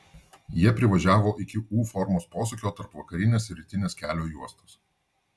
jie privažiavo iki u formos posūkio tarp vakarinės ir rytinės kelio juostos